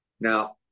Now